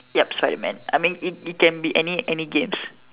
ya so I meant I mean it it can be any any games